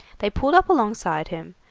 they pulled up alongside him,